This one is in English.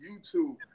YouTube